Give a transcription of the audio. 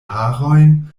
harojn